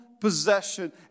possession